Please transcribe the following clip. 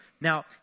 Now